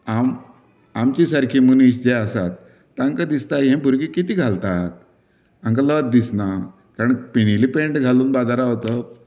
आम आमचे सारके मनीस जे आसात तांकां दिसता हे भुरगे कितें घालतात तांकां लज दिसना कारण पिनील्ली पेंट घालून बाजारांत वचप